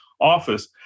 office